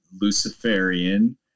Luciferian